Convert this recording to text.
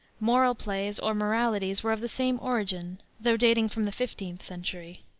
moral plays, or moralities, were of the same origin, though dating from the fifteenth century.